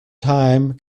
time